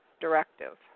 directive